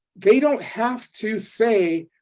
they don't have to say